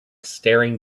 staring